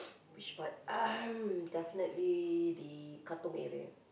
which part definitely the Katong area